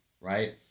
right